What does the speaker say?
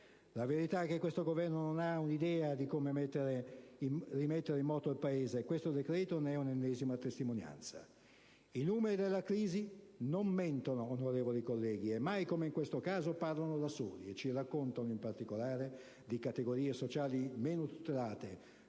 La verità è che questo Governo non ha idea di come rimettere in moto il Paese e questo decreto-legge ne è un'ennesima testimonianza. I numeri della crisi non mentono, onorevoli colleghi, e mai come in questo caso parlano da soli, e ci raccontano, in particolare, di categorie sociali meno tutelate: